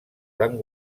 van